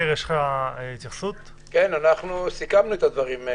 אנחנו סיכמנו את הדברים.